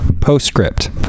postscript